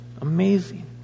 amazing